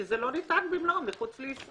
כי זה לא ניתן במלואו מחוץ לישראל.